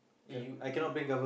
eh you you